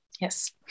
Yes